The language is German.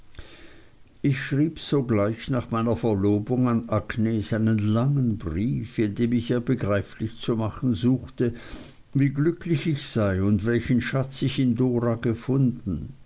ich schrieb sogleich nach meiner verlobung an agnes einen langen brief in dem ich ihr begreiflich zu machen suchte wie glücklich ich sei und welchen schatz ich in dora gefunden